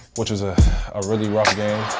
which is a ah really rough game